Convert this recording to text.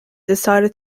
decided